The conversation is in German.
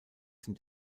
sind